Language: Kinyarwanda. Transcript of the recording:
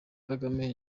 kagame